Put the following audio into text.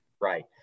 Right